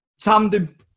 tandem